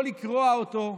לא לקרוע אותו.